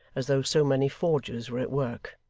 as though so many forges were at work.